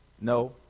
No